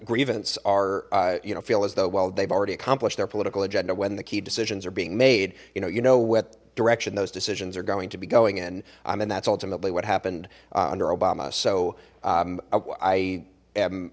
grievance are you know feel as though well they've already accomplished their political agenda when the key decisions are being made you know you know what direction those decisions are going to be going in i mean that's ultimately what happened